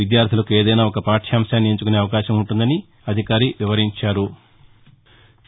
విద్యార్దులకు ఏదైనా ఒక పాఠ్యాంశాన్ని ఎంచుకొనే అవకాశం ఉంటుందని అధికారి వివరించారు